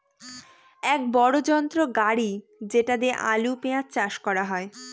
এক বড়ো যন্ত্র গাড়ি যেটা দিয়ে আলু, পেঁয়াজ চাষ করা হয়